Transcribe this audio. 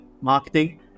marketing